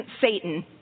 Satan